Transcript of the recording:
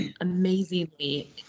amazingly